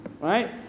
right